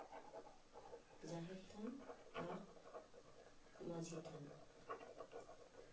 ᱡᱟᱦᱮᱨ ᱛᱷᱟᱱ ᱟᱨ ᱢᱟᱺᱡᱷᱤ ᱛᱷᱟᱱ